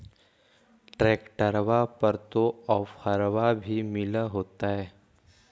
ट्रैक्टरबा पर तो ओफ्फरबा भी मिल होतै?